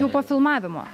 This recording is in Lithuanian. jau po filmavimo